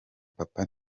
papa